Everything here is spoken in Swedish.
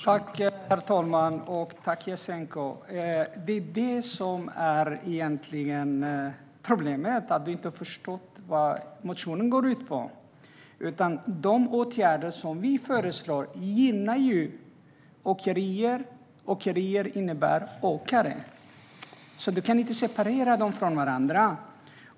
Herr ålderspresident! Tack, Jasenko! Problemet är att du inte har förstått vad motionen går ut på. De åtgärder som vi föreslår gynnar åkerier, och åkerier innebär åkare. Du kan inte separera dem från varandra.